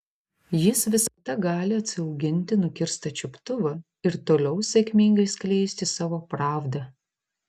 jis visada gali atsiauginti nukirstą čiuptuvą ir toliau sėkmingai skleisti savo pravdą